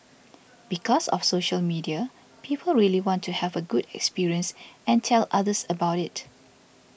because of social media people really want to have a good experience and tell others about it